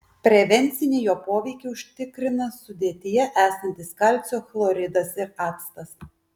prevencinį jo poveikį užtikrina sudėtyje esantis kalcio chloridas ir actas